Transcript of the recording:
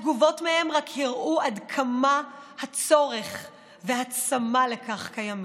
התגובות מהם רק הראו עד כמה הצורך והצמא לכך קיימים.